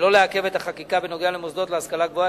שלא לעכב את החקיקה בנוגע למוסדות להשכלה גבוהה,